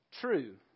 true